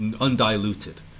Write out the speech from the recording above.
undiluted